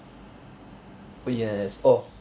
oh E_N_S oh